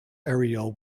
aerial